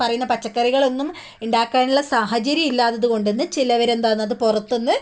പറയുന്ന പച്ചക്കറികളൊന്നും ഉണ്ടാക്കാനുള്ള സാഹചര്യം ഇല്ലാത്തത് കൊണ്ടാണ് ചിലവർ എന്താണ് അത് പുറത്തു നിന്ന്